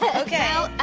but okay. well, ah,